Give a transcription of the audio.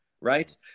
right